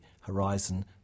horizon